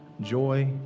joy